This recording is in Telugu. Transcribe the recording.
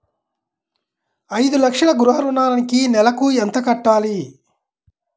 ఐదు లక్షల గృహ ఋణానికి నెలకి ఎంత కట్టాలి?